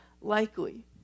likely